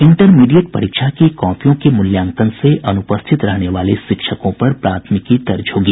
intermediate परीक्षा की कॉपियों के मूल्यांकन से अनूपस्थित रहने वाले शिक्षकों पर प्राथमिकी दर्ज होगी